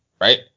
right